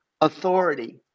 authority